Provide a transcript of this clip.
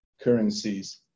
currencies